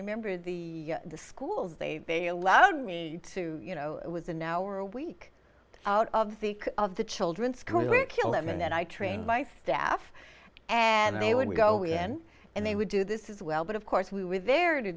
remember the schools they they allowed me to you know it was an hour a week out of the of the children's curriculum in that i train my staff and they when we go we en and they would do this is well but of course we were there to